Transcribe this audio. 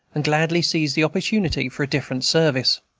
and gladly seized the opportunity for a different service.